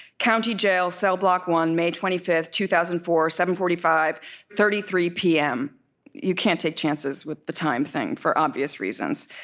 county jail, cell block one, may twenty five, two thousand and four, seven forty five thirty three p m you can't take chances with the time thing, for obvious reasons.